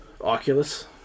Oculus